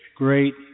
great